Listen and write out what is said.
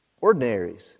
Ordinaries